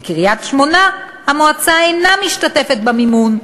בקריית-שמונה המועצה אינה משתתפת במימון,